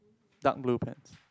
dark blue pants